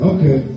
Okay